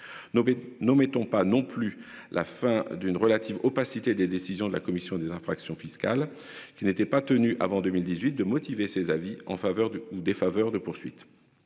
Nos mettons pas non plus la fin d'une relative opacité des décisions de la commission des infractions fiscales qui n'étaient pas tenus avant 2018 de motiver ses avis en faveur de ou défaveur de poursuites.